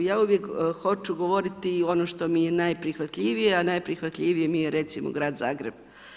Ja uvijek hoću govoriti i ono što mi je najprihvatljivije, a najprihvatljivije mi je recimo grad Zagreb.